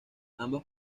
ambas